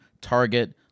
Target